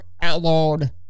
outlawed